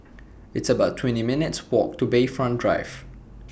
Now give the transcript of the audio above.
It's about twenty one minutes' Walk to Bayfront Drive